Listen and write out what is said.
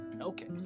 Okay